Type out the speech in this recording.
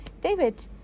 David